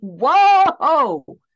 whoa